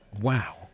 wow